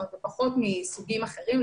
פחות מסוגים אחרים,